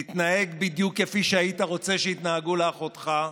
תתנהג בדיוק כפי שהיית רוצה שיתנהגו לאחותך.